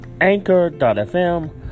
Anchor.fm